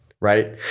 right